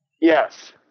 Yes